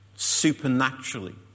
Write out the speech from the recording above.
supernaturally